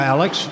Alex